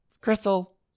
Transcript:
Crystal